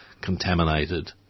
contaminated